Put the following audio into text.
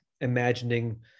imagining